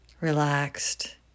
relaxed